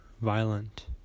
Violent